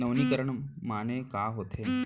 नवीनीकरण माने का होथे?